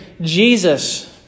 Jesus